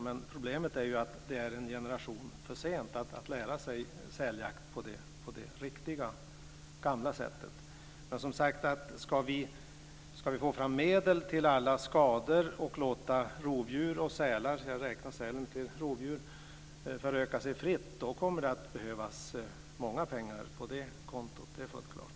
Men problemet är att det är en generation för sent att lära sig säljakt på det riktiga, gamla sättet. Ska vi få fram medel till alla skador, och låta rovdjur och sälar - jag räknar sälen till rovdjuren - föröka sig fritt så kommer det att behövas mycket pengar på det kontot. Det är fullt klart.